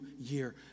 year